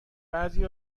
بعضی